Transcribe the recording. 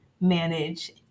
manage